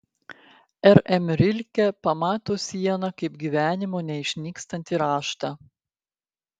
r m rilke pamato sieną kaip gyvenimo neišnykstantį raštą